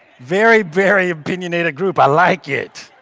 very, very opinionated group. i like it.